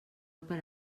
per